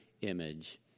image